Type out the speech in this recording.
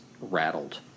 rattled